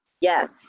yes